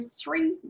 three